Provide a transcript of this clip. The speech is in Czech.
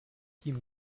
tím